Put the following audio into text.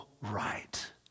right